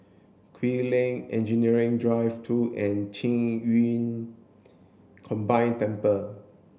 Kew Lane Engineering Drive two and Qing Yun Combined Temple